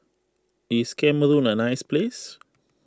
is Cameroon a nice place